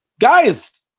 guys